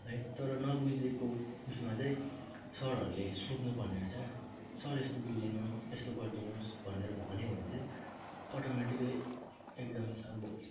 है तर नबुझेको उसमा चाहिँ सरहरूले सोध्नुपर्ने रहेछ क्या सर यस्तो बुझिनँ यस्तो गर्दिनुहोस् भनेर भन्यो भने चाहिँ अटोमेट्क्ली इग्जाम अब